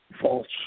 false